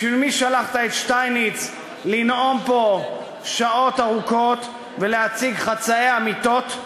בשביל מי שלחת את שטייניץ לנאום פה שעות ארוכות ולהציג חצאי אמיתות?